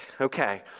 Okay